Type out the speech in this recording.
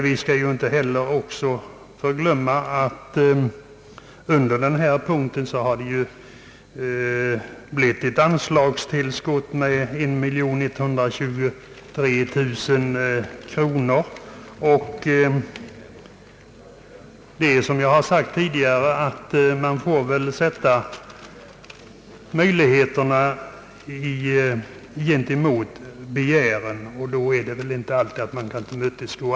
Vi skall emellertid inte förglömma att under denna punkt har tillstyrkts ett anslagstillskott av 1123 000 kronor. Som jag tidigare har sagt får man väl även i detta fall rätta begären efter resurserna. Det är inte alltid möjligt att tillmötesgå allt som begärs.